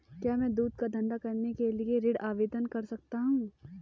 क्या मैं दूध का धंधा करने के लिए ऋण आवेदन कर सकता हूँ?